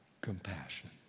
compassion